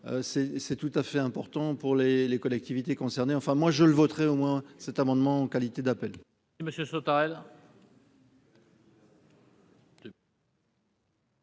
c'est tout à fait important pour les les collectivités concernées, enfin moi je le voterai au moins cet amendement qualité d'appel.